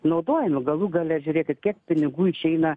naudojami galų gale žiūrėkit kiek pinigų išeina